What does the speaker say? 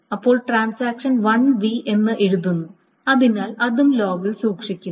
അപ്പോൾ transaction 1 B എന്ന് എഴുതുന്നു അതിനാൽ അതും ലോഗിൽ സൂക്ഷിക്കുന്നു